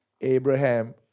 Abraham